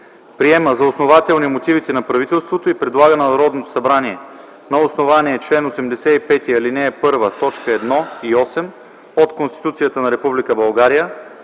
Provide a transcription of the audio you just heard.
Приема за основателни мотивите на правителството и предлага на Народното събрание на основание чл. 85, ал. 1, т. 1 и 8 от Конституцията на